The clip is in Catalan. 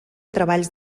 treballs